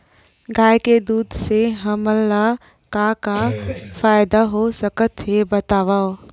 गाय के दूध से हमला का का फ़ायदा हो सकत हे बतावव?